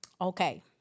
Okay